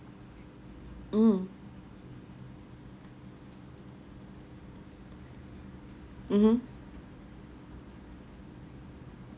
mm mmhmm